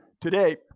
today